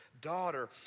Daughter